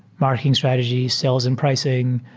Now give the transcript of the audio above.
marketing strategy, sales and pricing,